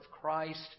Christ